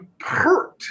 hurt